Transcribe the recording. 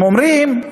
הם אומרים: